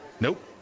Nope